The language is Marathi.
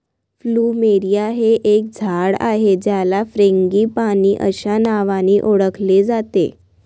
प्लुमेरिया हे एक झाड आहे ज्याला फ्रँगीपानी अस्या नावानी ओळखले जाते